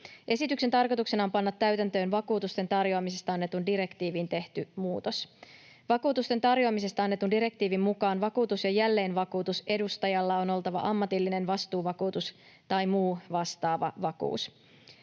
Esityksen tarkoituksena on panna täytäntöön vakuutusten tarjoamisesta annettuun direktiiviin tehty muutos. Vakuutusten tarjoamisesta annetun direktiivin mukaan vakuutus‑ ja jälleenvakuutusedustajalla on oltava ammatillinen vastuuvakuutus tai muu vastaava vakuus.